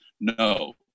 no